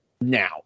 now